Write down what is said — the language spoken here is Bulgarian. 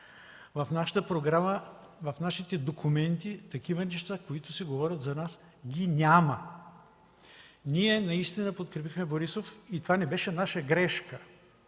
В нашата програма, в нашите документи такива неща, които се говорят за нас, няма. Ние наистина подкрепихме Борисов и това не беше наша грешка.